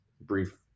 brief